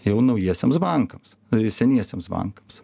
jau naujiesiems bankams seniesiems bankams